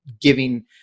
giving